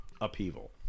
upheaval